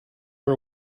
are